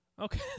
okay